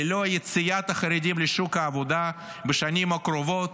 ללא יציאת החרדים לשוק העבודה בשנים הקרובות,